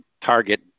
target